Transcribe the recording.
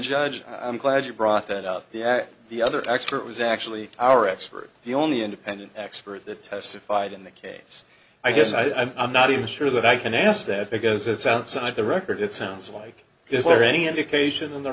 judge i'm glad you brought that up the at the other expert was actually our expert the only independent expert that testified in the case i guess i mean i'm not even sure that i can ask that because it's outside the record it sounds like is there any indication in the